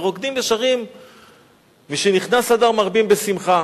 ורוקדים ושרים "משנכנס אדר מרבים בשמחה".